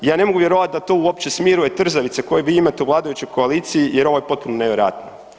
Ja ne mogu vjerovat da to uopće smiruje trzavice koje vi imate u vladajućoj koaliciji jer ovo je potpuno nevjerojatno.